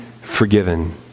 forgiven